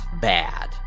bad